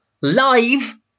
live